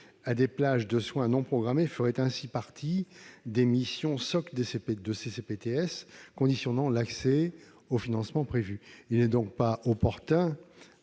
à des plages de soins non programmés ferait ainsi partie des missions socles de ces CPTS, conditionnant l'accès aux financements prévus. Il n'est donc pas opportun